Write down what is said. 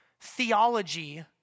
theology